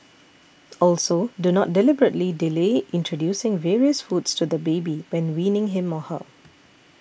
also do not deliberately delay introducing various foods to the baby when weaning him or her